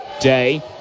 Day